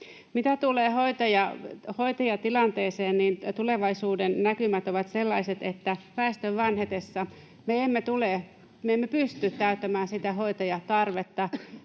Mitä tulee hoitajatilanteeseen, niin tulevaisuuden näkymät ovat sellaiset, että väestön vanhetessa me emme pysty täyttämään sitä hoitajatarvetta